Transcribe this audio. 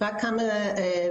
רק כמה מילים.